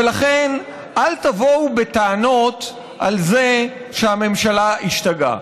ולכן, אל תבואו בטענות על זה שהממשלה השתגעה.